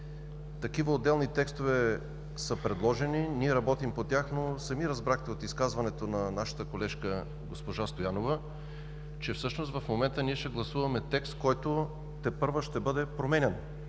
Такива отделни текстове са предложени. Ние работим по тях, но сами разбрахте от изказването на нашата колежка госпожа Стоянова, че всъщност в момента ще гласуваме текст, който тепърва ще бъде променян,